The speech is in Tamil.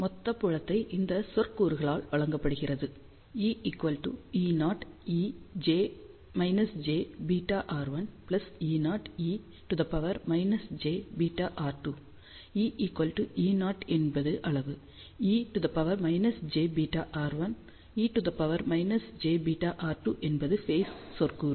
மொத்த புலத்தை இந்த சொற்கூறுகளால் வழங்கப்படுகிறது E Eo e jβr1 Eo e jβr2 E E0 என்பது அளவு e jβr1 e jβr 2 என்பது ஃபேஸ் சொற்கூறு